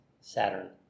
Saturn